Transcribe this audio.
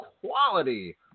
quality